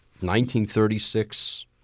1936